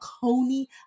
Coney